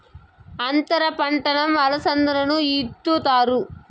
అంతర పంటగా అలసందను ఇత్తుతారు